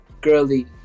girly